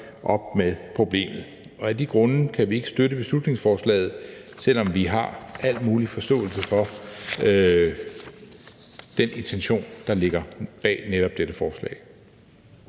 op med problemet. Af de grunde kan vi ikke støtte beslutningsforslaget, selv om vi har al mulig forståelse for den intention, der ligger bag netop dette forslag.